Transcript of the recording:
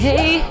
Hey